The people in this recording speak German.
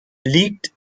liegt